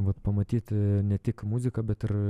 vat pamatyti ne tik muziką bet ir